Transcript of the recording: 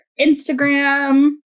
Instagram